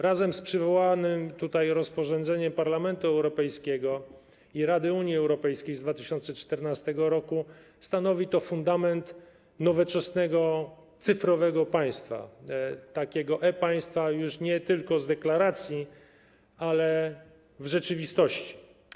Razem z przywołanym tutaj rozporządzeniem Parlamentu Europejskiego i Rady Unii Europejskiej z 2014 r. stanowi to fundament nowoczesnego, cyfrowego państwa, e-państwa już nie tylko z deklaracji, ale w rzeczywistości.